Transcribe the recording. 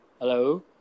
Hello